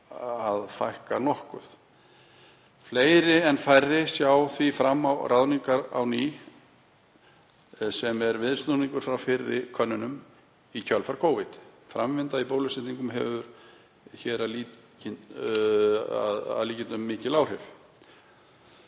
að fækka nokkuð. Fleiri en færri sjá því fram á ráðningar á ný, sem er viðsnúningur frá fyrri könnunum í kjölfar Covid. Framvinda bólusetninga hefur hér að líkindum mikil áhrif.